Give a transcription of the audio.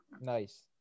nice